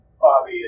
Bobby